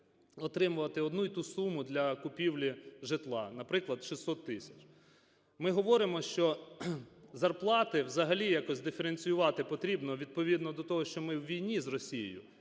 отримувати одну й ту суму для купівлі житла, наприклад, 600 тисяч. Ми говоримо, що зарплати взагалі якось диференціювати потрібно відповідно до того, що ми у війні з Росією.